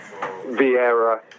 Vieira